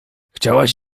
chciałaś